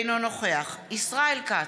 אינו נוכח ישראל כץ,